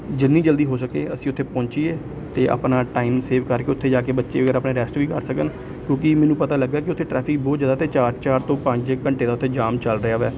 ਜਿੰਨੀ ਜਲਦੀ ਹੋ ਸਕੇ ਅਸੀਂ ਉੱਥੇ ਪਹੁੰਚੀਏ ਅਤੇ ਆਪਣਾ ਟਾਈਮ ਸੇਵ ਕਰਕੇ ਉੱਥੇ ਜਾ ਕੇ ਬੱਚੇ ਵਗੈਰਾ ਆਪਣੇ ਰੈਸਟ ਵੀ ਕਰ ਸਕਣ ਕਿਉਂਕਿ ਮੈਨੂੰ ਪਤਾ ਲੱਗਾ ਕਿ ਉੱਥੇ ਟਰੈਫਿਕ ਬਹੁਤ ਜ਼ਿਆਦਾ ਅਤੇ ਚਾਰ ਚਾਰ ਤੋਂ ਪੰਜ ਘੰਟੇ ਦਾ ਉੱਥੇ ਜਾਮ ਚੱਲ ਰਿਹਾ ਹੈ